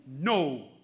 no